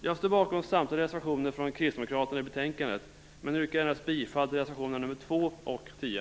Jag står bakom samtliga reservationer från Kristdemokraterna i betänkandet men yrkar bifall endast till reservationerna nr 2 och 10.